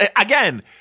again